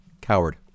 coward